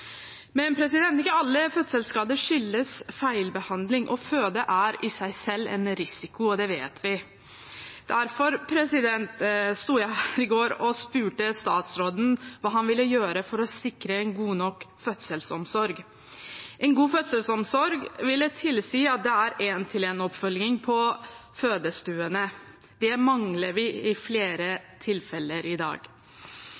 Men ikke alle fødselsskader skyldes feilbehandling. Å føde er i seg selv en risiko, og det vet vi. Derfor sto jeg her i går og spurte statsråden hva han ville gjøre for å sikre en god nok fødselsomsorg. En god fødselsomsorg ville tilsi at det er én-til-én-oppfølging på fødestuene. Det mangler vi i flere